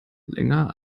länger